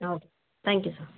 ಹಾಂ okay thank you sir